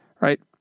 Right